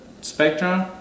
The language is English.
spectrum